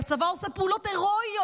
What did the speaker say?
כי הצבא עושה פעולות הירואיות,